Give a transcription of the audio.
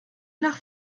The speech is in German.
nach